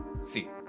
see